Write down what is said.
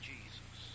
Jesus